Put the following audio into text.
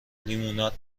لیموناد